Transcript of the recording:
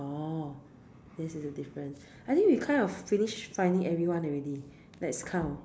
orh this is the difference I think we kind of finish finding everyone already let's count